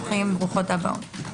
ברוכים, ברוכות הבאות.